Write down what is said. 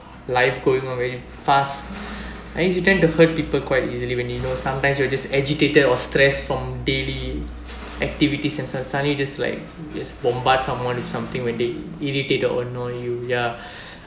life going on very fast I used to tend to hurt people quite easily when you know sometimes you are just agitated or stressed from daily activity and sud~ suddenly just like bombard someone with something when they irritated or no you ya